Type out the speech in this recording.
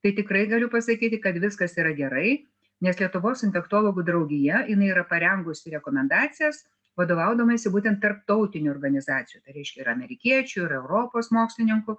tai tikrai galiu pasakyti kad viskas yra gerai nes lietuvos infektologų draugija jinai yra parengusi rekomendacijas vadovaudamasi būtent tarptautinių organizacijų reiškia ir amerikiečių ir europos mokslininkų